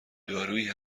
دارویی